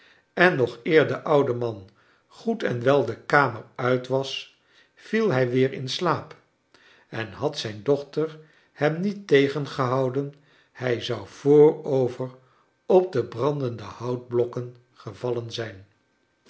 en nog eer de oude man goed en wel de kamer uit was viel hij weer in slaap en had zrjn dochter hem niet tegengehouden hij zou voorover op de brandende houtblokken gevallen zijn